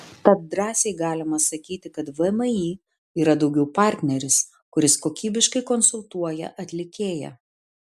tad drąsiai galima sakyti kad vmi yra daugiau partneris kuris kokybiškai konsultuoja atlikėją